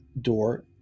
door